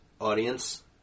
audience